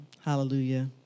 Hallelujah